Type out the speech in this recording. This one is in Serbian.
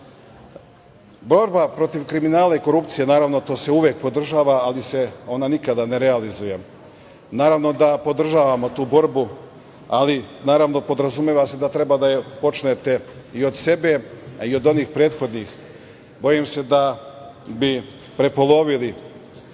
protiv kriminala i korupcije, naravno, to se uvek podržava, ali se ona nikada ne realizuje. Naravno, da podržavamo tu borbu, ali naravno, podrazumeva se da treba da je počnete i od sebe, a i od onih prethodnih. Bojim se da bi prepolovili